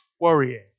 worrying